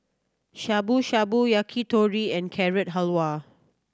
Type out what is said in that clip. Shabu Shabu Yakitori and Carrot Halwa